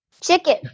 Chicken